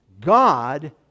God